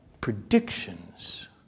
predictions